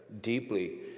deeply